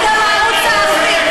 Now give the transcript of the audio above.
זה גם הערוץ הערבי,